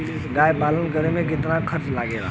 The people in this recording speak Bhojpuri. गाय पालन करे में कितना खर्चा लगेला?